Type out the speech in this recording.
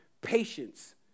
patience